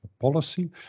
policy